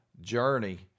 journey